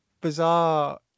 bizarre